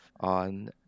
on